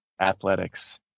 athletics